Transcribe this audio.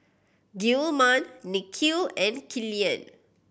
Gilman Nikhil and Killian